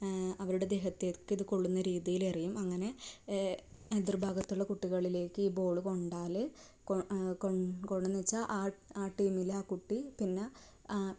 അവരുടെ ദേഹത്തേക്ക് ഇതു കൊള്ളുന്ന രീതിയിൽ എറിയും അങ്ങനെ എതിർഭാഗത്തുള്ള കുട്ടികളിലേക്ക് ഈ ബോള് കൊണ്ടാൽ കൊണ്ടന്നുവെച്ചാൽ ആ ആ ടീമിലെ ആ കുട്ടി പിന്നെ